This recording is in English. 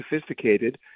sophisticated